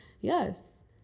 yes